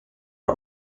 are